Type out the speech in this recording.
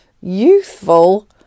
youthful